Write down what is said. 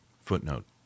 Footnote